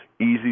Easy